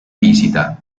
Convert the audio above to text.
visita